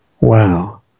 Wow